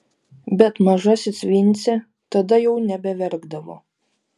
bet mažasis vincė tada jau nebeverkdavo